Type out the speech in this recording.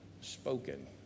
spoken